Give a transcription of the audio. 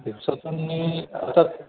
दिवसातून मी आता